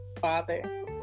father